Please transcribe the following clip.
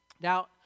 Now